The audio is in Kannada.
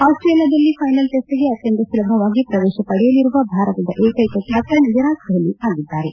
ಆಸ್ವೇಲಿಯಾದಲ್ಲಿ ಫೈನಲ್ ಟಿಸ್ಟ್ಗೆ ಅತ್ಯಂತ ಸುಲಭವಾಗಿ ಪ್ರವೇಶ ಪಡೆಯಲಿರುವ ಭಾರತದ ಏಕೈಕ ಕ್ಯಾಪ್ಚನ್ ವಿರಾಟ್ ಕೋಹ್ಲಿ ಆಗಿದ್ದಾರೆ